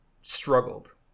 struggled